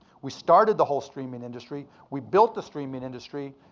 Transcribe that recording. we started the whole streaming industry. we built the streaming industry.